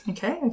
Okay